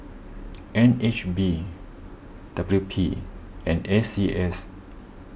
N H B W P and A C S